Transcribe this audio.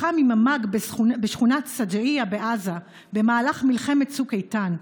לחם עם המאג בשכונת שג'אעיה בעזה במהלך מלחמת צוק איתן,